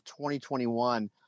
2021